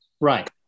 Right